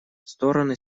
стороны